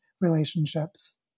relationships